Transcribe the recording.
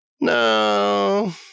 No